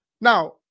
now